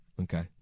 Okay